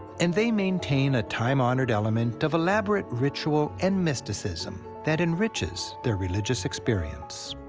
and they maintain a time-honored element of elaborate ritual and mysticism that enriches their religious experience.